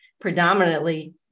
predominantly